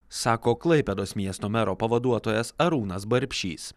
sako klaipėdos miesto mero pavaduotojas arūnas barbšys